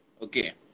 Okay